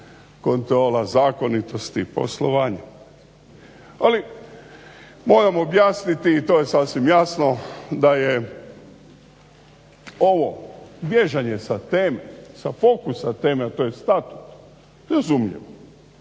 kontrola zakonitosti i poslovanja. Ali moramo objasniti i to je sasvim jasno da je ovo bježanje sa teme, sa fokusa teme, a to je statut. Razumljivo,